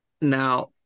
Now